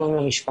גם עבור המשפחה,